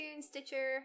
Stitcher